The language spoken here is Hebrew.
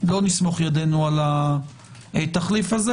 לא נסמוך ידינו על התחליף הזה.